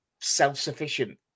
self-sufficient